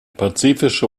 pazifische